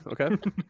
Okay